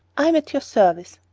i am at your service.